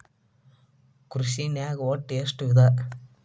ಕೃಷಿನಾಗ್ ಒಟ್ಟ ಎಷ್ಟ ವಿಧ?